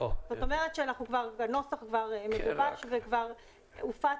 זאת אומרת שהנוסח כבר מגובש וכבר הופץ.